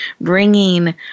bringing